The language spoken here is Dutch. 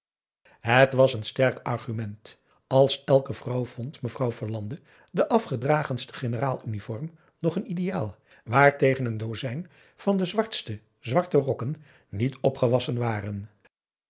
het was een sterk argument als elke vrouw vond mevrouw verlande de afgedragenste generaals uniform nog een ideaal waartegen een dozijn van de zwartste zwarte rokken niet opgewassen waren